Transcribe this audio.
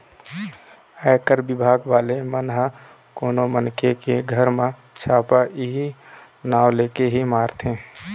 आयकर बिभाग वाले मन ह कोनो मनखे के घर म छापा इहीं नांव लेके ही मारथे